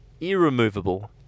irremovable